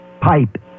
pipe